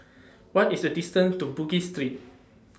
What IS The distance to Bugis Street